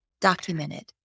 documented